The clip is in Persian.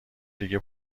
دیگه